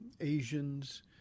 Asians